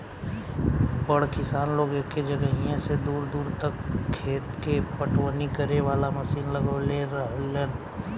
बड़ किसान लोग एके जगहिया से दूर दूर तक खेत के पटवनी करे वाला मशीन लगवले रहेलन